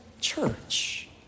church